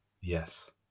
Yes